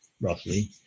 roughly